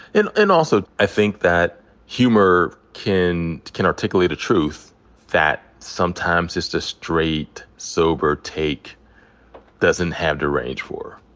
and and also, i think that humor can can articulate a truth that sometimes just a straight sober take doesn't have the range for.